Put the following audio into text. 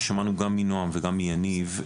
ושמענו גם מנועם וגם מיניב,